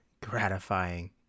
gratifying